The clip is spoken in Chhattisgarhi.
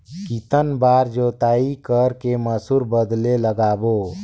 कितन बार जोताई कर के मसूर बदले लगाबो?